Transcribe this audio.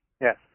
Yes